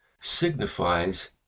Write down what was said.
signifies